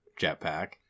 jetpack